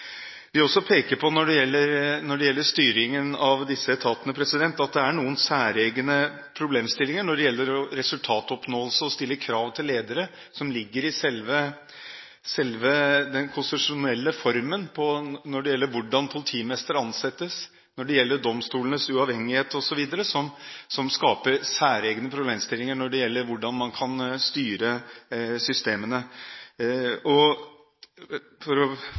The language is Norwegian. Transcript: også peke på når det gjelder styringen av disse etatene, at det er noen særegne problemstillinger som gjelder resultatoppnåelse og å stille krav til ledere, som ligger i selve den konstitusjonelle formen med tanke på hvordan politimestere ansettes, domstolenes uavhengighet osv., og som skaper særegne problemstillinger når det gjelder hvordan man kan styre systemene. For